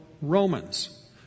Romans